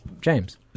James